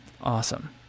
Awesome